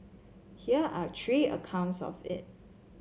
here are three accounts of it